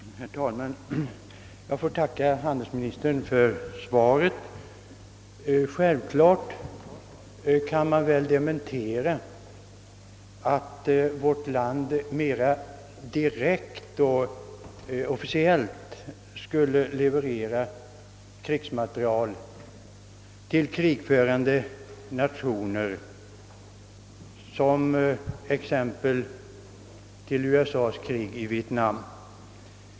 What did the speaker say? Herr talman! Jag tackar handelsministern för svaret. Självfallet kan man påstå, att vårt land inte direkt eller officiellt levererar krigsmateriel till krigförande nationer, exempelvis till USA för dess krig i Vietnam.